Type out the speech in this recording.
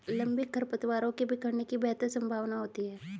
लंबे खरपतवारों के बिखरने की बेहतर संभावना होती है